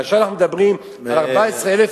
אנחנו מדברים על 14,000